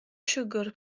siwgr